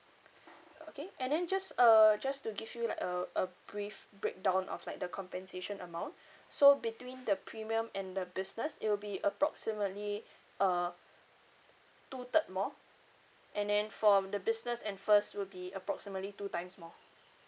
okay and then just uh just to give you like a a brief breakdown of like the compensation amount so between the premium and the business it will be approximately uh two third more and then from the business and first will be approximately two times more